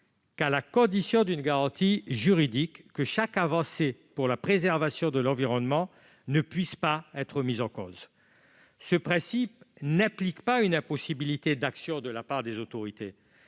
l'établissement d'une garantie juridique assurant que chaque avancée pour la préservation de l'environnement ne peut être remise en cause. Ce principe n'implique pas une impossibilité d'action de la part des autorités,